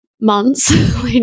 months